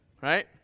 right